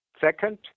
Second